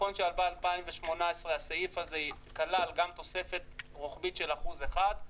נכון שב-2018 הסעיף הזה כלל גם תוספת רוחבית של אחוז אחד,